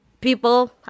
people